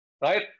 Right